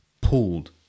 pulled